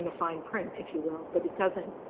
um fine print, if you will. but it doesn't,